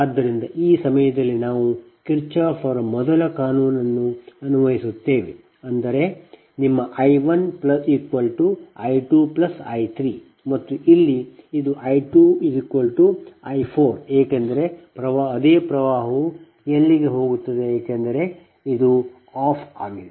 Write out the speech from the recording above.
ಆದ್ದರಿಂದ ಈ ಸಮಯದಲ್ಲಿ ನಾವು ಕಿರ್ಚಾಫ್ ಅವರ ಮೊದಲ ಕಾನೂನನ್ನು ಅನ್ವಯಿಸುತ್ತೇವೆ ಅಂದರೆ ನಿಮ್ಮ I 1 I 2 I 3 ಮತ್ತು ಇಲ್ಲಿ ಇದು I 2 I 4 ಏಕೆಂದರೆ ಅದೇ ವಿದ್ಯುತ್ ಇಲ್ಲಿಗೆ ಹೋಗುತ್ತಿದೆ ಏಕೆಂದರೆ ಇದು F ಆಗಿದೆ